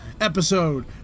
episode